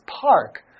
Park